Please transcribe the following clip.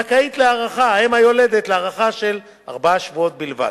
זכאית האם היולדת להארכה של ארבעה שבועות בלבד,